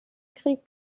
krieg